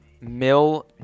Mill